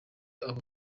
abo